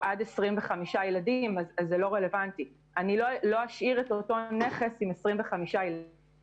אני לא אשאיר את אותו הנכנס עם מחצית מהילדים